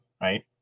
Right